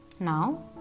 Now